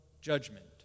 judgment